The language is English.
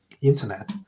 internet